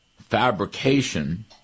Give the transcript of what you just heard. fabrication